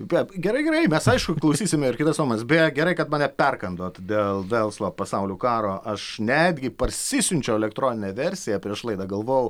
bet gerai gerai mes aišku klausysime ir kitas nuomones beje gerai kad mane perkandote dėl velso pasaulių karo aš netgi parsisiunčiau elektroninę versiją prieš laidą galvojau